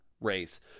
race